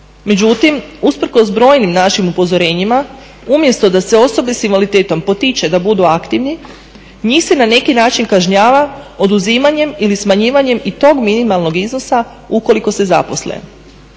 Međutim, usprkos brojnim našim upozorenjima umjesto da se osobe sa invaliditetom potiče da budu aktivni njih se na neki način kažnjava oduzimanjem ili smanjivanjem i tog minimalnog iznosa ukoliko se zaposle.